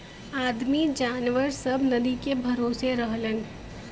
आदमी जनावर सब नदी के भरोसे रहलन